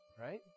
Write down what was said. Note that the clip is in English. right